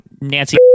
Nancy